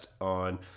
on